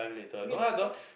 we can dabao